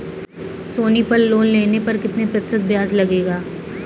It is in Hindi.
सोनी पल लोन लेने पर कितने प्रतिशत ब्याज लगेगा?